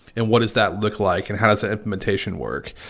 and what does that look like, and how does that implementation work?